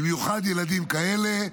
במיוחד ילדים כאלה,